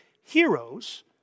heroes